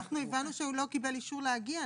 אנחנו הבנו שהוא לא קיבל אישור להגיע,